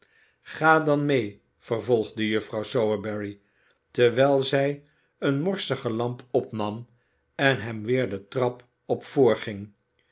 oa dan mee vervolgde juffrouw sowerberry terwijl zij eene morsige lamp opnam en hem weer de trap